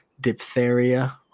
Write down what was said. diphtheria